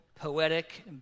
poetic